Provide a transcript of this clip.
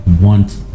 want